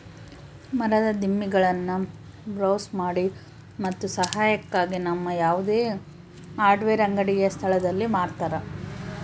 ಮರದ ದಿಮ್ಮಿಗುಳ್ನ ಬ್ರೌಸ್ ಮಾಡಿ ಮತ್ತು ಸಹಾಯಕ್ಕಾಗಿ ನಮ್ಮ ಯಾವುದೇ ಹಾರ್ಡ್ವೇರ್ ಅಂಗಡಿಯ ಸ್ಥಳದಲ್ಲಿ ಮಾರತರ